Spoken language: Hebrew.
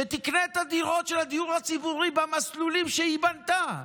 שתקנה את הדירות של הדיור הציבורי במסלולים שהיא בנתה,